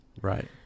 Right